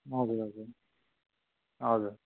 हजुर हजुर हजुर